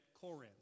Corinth